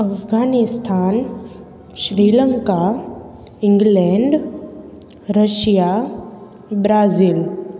Afghanistan Sri Lanka England Russia Brazil